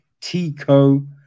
Tico